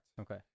Okay